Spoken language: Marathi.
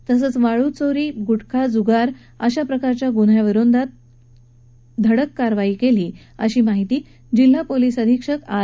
तसंच वाळूचोरी गुटखा जुगार अशा प्रकारच्या गुन्द्यांविरोधात धडक कारवाई केली अशी माहिती जिल्हा पोलीस अधीक्षक आर